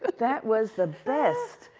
but that was the best.